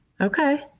okay